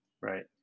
right